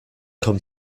come